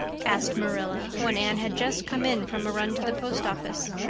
asked marilla, when anne had just come in from a run to the post office.